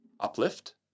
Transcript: uplift